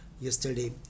Yesterday